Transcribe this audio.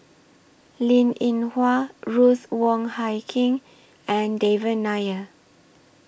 Linn in Hua Ruth Wong Hie King and Devan Nair